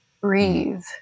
Breathe